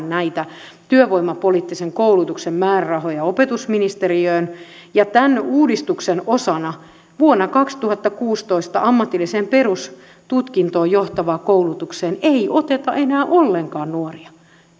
näitä työvoimapoliittisen koulutuksen määrärahoja opetusministeriöön ja tämän uudistuksen osana vuonna kaksituhattakuusitoista ammatilliseen perustutkintoon johtavaan koulutukseen ei oteta enää ollenkaan nuoria